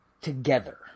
together